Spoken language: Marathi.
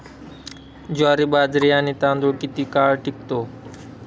ज्वारी, बाजरी आणि तांदूळ किती काळ टिकतो?